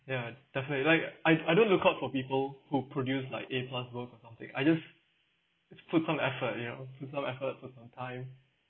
ya definitely like I I don't look out for people who produced like A plus work or something I just just put some effort you know put some effort put some time